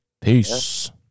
Peace